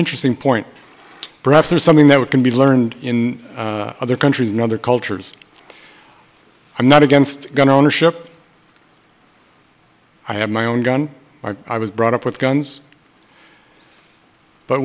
interesting point perhaps there's something that we can be learned in other countries and other cultures i'm not against gun ownership i have my own gun or i was brought up with guns but